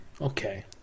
Okay